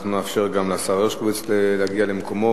אנחנו נאפשר גם לשר הרשקוביץ להגיע למקומו,